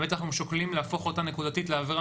באמת אנחנו שוקלים להפוך אותה נקודתית לעבירה